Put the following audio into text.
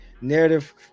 narrative